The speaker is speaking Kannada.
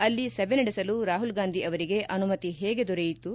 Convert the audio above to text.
ಅಲ್ಲಿ ಸಭೆ ನಡೆಸಲು ರಾಹುಲ್ಗಾಂಧಿ ಅವರಿಗೆ ಅನುಮತಿ ಹೇಗೆ ದೊರೆಯಿತು